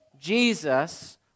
Jesus